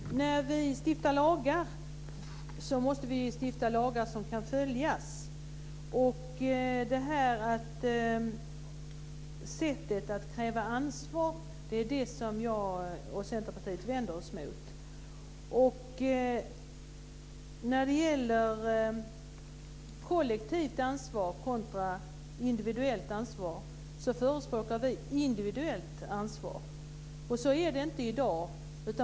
Fru talman! När vi stiftar lagar måste vi stifta lagar som kan följas. Det jag och Centerpartiet vänder oss emot är det här sättet att kräva ansvar. När det gäller kollektivt ansvar kontra individuellt förespråkar vi individuellt ansvar. Så är det inte i dag.